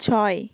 ছয়